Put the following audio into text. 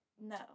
No